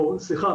או סליחה,